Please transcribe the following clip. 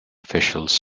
officials